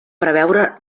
preveure